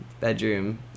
Bedroom